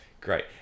great